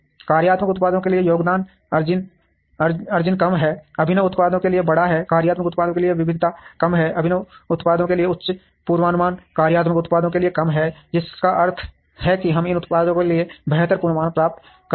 कार्यात्मक उत्पादों के लिए योगदान मार्जिन कम है अभिनव उत्पादों के लिए बड़ा है कार्यात्मक उत्पादों के लिए विविधता कम है अभिनव उत्पादों के लिए उच्च पूर्वानुमान कार्यात्मक उत्पादों के लिए कम हैं जिसका अर्थ है कि हम इन उत्पादों के लिए बेहतर पूर्वानुमान प्राप्त करते हैं